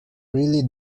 really